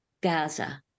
Gaza